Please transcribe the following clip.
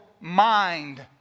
mind